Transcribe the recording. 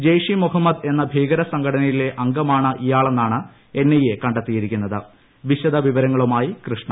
ജയ്ഷ് ഇ മുഹമ്മദ് എന്ന ഭീകരസംഘടനയിലെ അംഗമാണ് ഇയാളെന്നാണ് എൻഐഎ കണ്ടെത്തിയിരിക്കുന്നത് വിശദവിവരങ്ങളുമായി കൃഷ്ണ